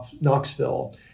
Knoxville